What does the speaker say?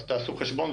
אז תעשו חשבון,